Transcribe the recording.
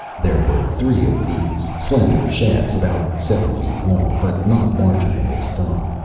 there were three of these, slender shafts about seven feet long, but not larger than his thumb.